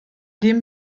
dem